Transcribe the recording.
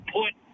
put